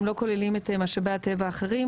הם לא כוללים את משאבי הטבע האחרים